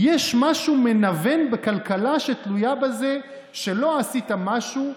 יש משהו מנוון בכלכלה שתלויה בזה שלא עשית משהו,